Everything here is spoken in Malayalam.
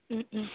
ഉം ഉം